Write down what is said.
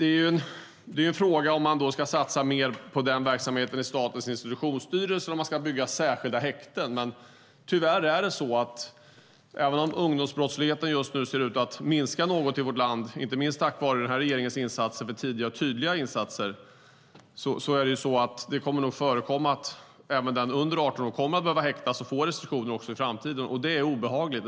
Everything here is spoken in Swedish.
Frågan är om man ska satsa mer på den verksamheten inom Statens institutionsstyrelse eller bygga särskilda häkten. Även om ungdomsbrottsligheten just nu ser ut att minska något i vårt land, inte minst tack vare regeringens arbete för tidiga och tydliga insatser, kommer nog personer under 18 år att behöva häktas och få restriktioner också i framtiden. Det är obehagligt.